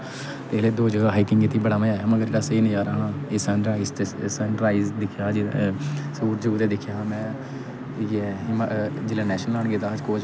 पैह्लें दो जगहा हाइकिंग कित्ती बड़ा मजा आया मगर आसें गी नजारा आया असें सनराइज ते सन राइज दिक्खेआ सूरज उगदे दिक्खेआ हा में इ'यै जिसलै नेशनल लान गेदा हा